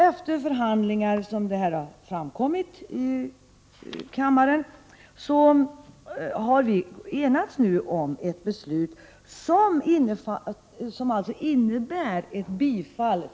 Efter förhandlingar har vi enats om ett beslut som innebär ett bifall till den moderata motionen. Detta har också framkommit här i kammaren.